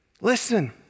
Listen